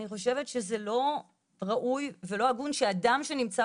אני חושבת שזה לא ראוי ולא הגון שאדם שנמצא